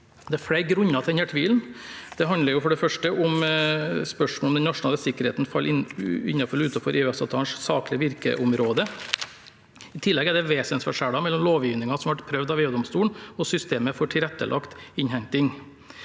Det er flere grunner til denne tvilen. Det handler for det første om spørsmål om hvorvidt den nasjonale sikkerheten faller innenfor eller utenfor EØS-avtalens saklige virkeområde. I tillegg er det vesensforskjeller mellom lovgivningen som ble prøvd av EU-domstolen, og systemet for tilrettelagt innhenting.